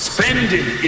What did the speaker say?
Spending